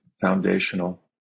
foundational